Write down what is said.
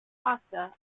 pasta